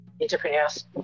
entrepreneurs